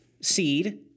seed